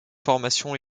formation